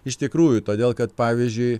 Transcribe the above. iš tikrųjų todėl kad pavyzdžiui